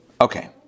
Okay